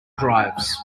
drives